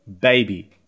baby